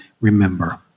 remember